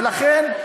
ולכן,